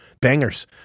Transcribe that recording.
Bangers